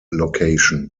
location